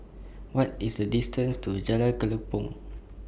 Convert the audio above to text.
What IS The distance to Jalan Kelempong